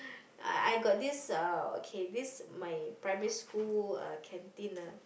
I I got this uh okay this my primary school uh canteen ah